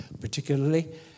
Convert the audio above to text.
particularly